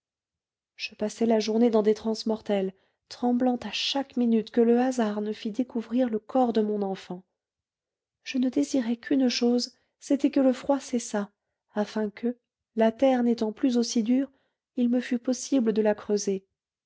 je passai la journée dans des transes mortelles tremblant à chaque minute que le hasard ne fît découvrir le corps de mon enfant je ne désirais qu'une chose c'était que le froid cessât afin que la terre n'étant plus aussi dure il me fût possible de la creuser